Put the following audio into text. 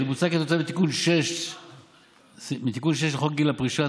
הוא בוצע כתוצאה מתיקון 6 לחוק גיל פרישה,